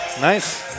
Nice